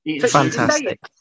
fantastic